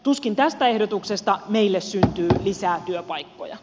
tuskin tästä ehdotuksesta meille syntyy lisää työpaikkoja